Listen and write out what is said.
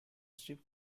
strip